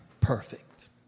perfect